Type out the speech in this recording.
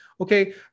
Okay